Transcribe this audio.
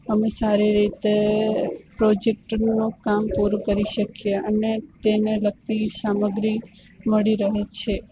અમે સારી રીતે પ્રોજેક્ટનું કામ પૂરું કરી શકીએ અને તેને લગતી સામગ્રી મળી રહે છે